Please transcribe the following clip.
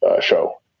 show